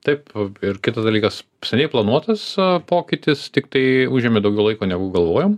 taip ir kitas dalykas seniai planuotas pokytis tiktai užėmė daugiau laiko negu galvojom